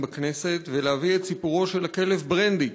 בכנסת ולהביא את סיפורו של הכלב ברנדי,